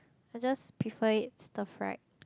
I just prefer it stir fried